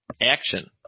Action